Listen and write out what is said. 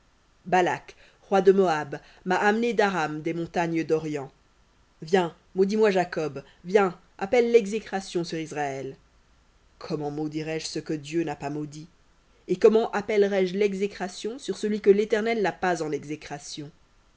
balak roi de moab m'a amené d'aram des montagnes d'orient viens maudis moi jacob viens appelle l'exécration sur israël comment maudirai je ce que dieu n'a pas maudit et comment appellerai je l'exécration sur celui que l'éternel n'a pas en exécration